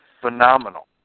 phenomenal